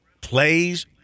plays